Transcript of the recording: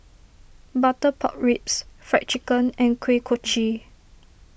Butter Pork Ribs Fried Chicken and Kuih Kochi